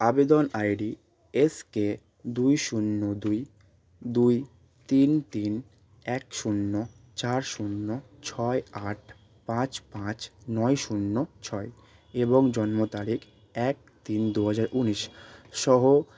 আবেদন ID S ক দুই শূন্য দুই দুই তিন তিন এক শূন্য চার শূন্য ছয় আট পাঁচ পাঁচ নয় শূন্য ছয় এবং জন্ম তারিখ এক তিন দু হাজার উনিশ সহ